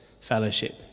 fellowship